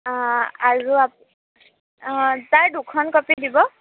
আৰু আপ তাৰ দুখন কপি দিব